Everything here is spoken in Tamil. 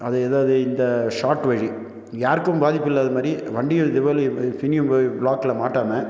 அதை ஏதாவது இந்த ஷாட் வழி யாருக்கும் பாதிப்பு இல்லாத மாதிரி வண்டியை ரிவல் பின்னேயும் பிளாக்கில் மாட்டாமல்